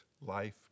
life